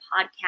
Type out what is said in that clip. podcast